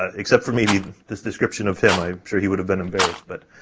ah except for maybe this description of him, i'm sure he would have been embarrassed, but